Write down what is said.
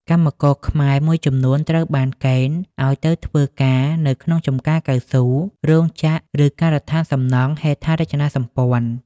កម្មករខ្មែរ មួយចំនួនត្រូវបានកេណ្ឌឱ្យទៅធ្វើការនៅក្នុងចំការកៅស៊ូ រោងចក្រ ឬការដ្ឋានសំណង់ហេដ្ឋារចនាសម្ព័ន្ធ។